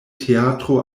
teatro